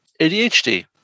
ADHD